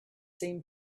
same